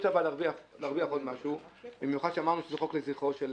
רוצה להרוויח עוד משהו במיוחד כשאמרנו שזה חוק לזכרו של